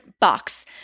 box